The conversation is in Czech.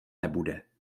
nebude